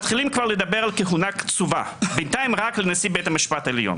מתחילים כבר לדבר על כהונה קצובה בינתיים רק לנשיא בית המשפט העליון.